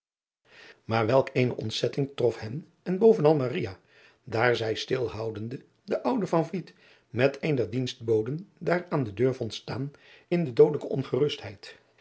aar welk eene ontzetting trof hen en bovenal daar zij stilhoudende den ouden met een der dienstboden daar aan de deur vond staan in de doodelijkste ongerustheid